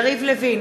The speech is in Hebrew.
יריב לוין,